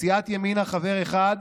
לסיעת ימינה חבר אחד: